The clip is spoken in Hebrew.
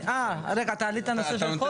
אה, רגע אתה העלית את הנושא?